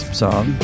song